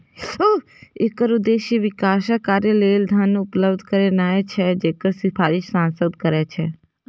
एकर उद्देश्य विकास कार्य लेल धन उपलब्ध करेनाय छै, जकर सिफारिश सांसद करै छै